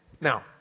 Now